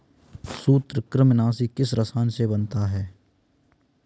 सूत्रकृमिनाशी किस रसायन से बनता है?